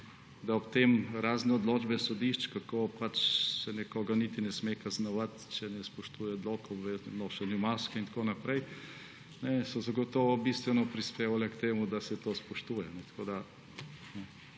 širiti. Razne odločbe sodišč, kako se nekoga niti ne sme kaznovati, če ne spoštuje odlokov o obveznem nošenju mask in tako naprej, so zagotovo bistveno prispevale k temu, da se to ne spoštuje.